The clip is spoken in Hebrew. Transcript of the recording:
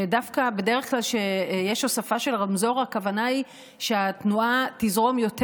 ודווקא בדרך כלל כשיש הוספה של רמזור הכוונה היא שהתנועה תזרום יותר.